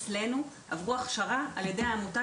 אצלנו עברו הכשרה על ידי העמותה,